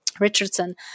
Richardson